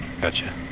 Gotcha